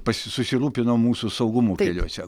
pasi susirūpino mūsų saugumu keliuose